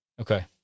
Okay